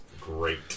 great